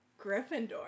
Gryffindor